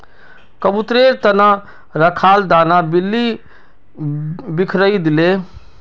कबूतरेर त न रखाल दाना बिल्ली बिखरइ दिले